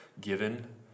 given